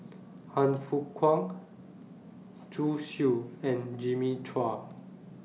Han Fook Kwang Zhu Xu and Jimmy Chua